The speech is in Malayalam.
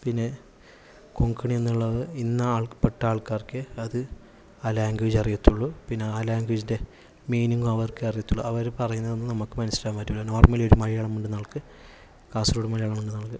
പിന്നെ കൊങ്കണി എന്നുള്ളത് ഇന്ന ആ പെട്ട ആൾക്കാർക്ക് അത് ആ ലാംഗ്വേജ് അറിയത്തുള്ളൂ പിന്നെ ആ ലാംഗ്വേജിന്റെ മീനിങ്ങും അവര്ക്കേ അറിയത്തുള്ളൂ അവർ പറയുന്നത് നമുക്ക് മനസ്സിലാക്കാൻ പറ്റില്ല നോർമലി ഒരു മലയാളം മിണ്ടുന്ന ആൾക്ക് കാസർഗോഡ് മലയാളം എന്ന്